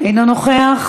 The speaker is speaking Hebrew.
אינו נוכח.